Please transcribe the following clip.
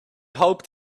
hoped